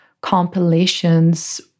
compilations